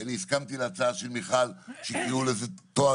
אני הסכמתי להצעה של מיכל שיקראו לזה תואר